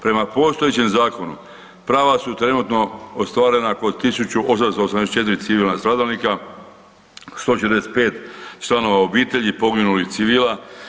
Prema postojećem zakonu prava su trenutno ostvarena kod 1884 civilna stradalnika, 145 članova obitelji poginulih civila.